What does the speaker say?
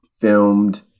filmed